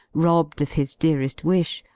robbed of his dearew wish,